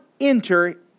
enter